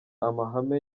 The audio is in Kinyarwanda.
amahame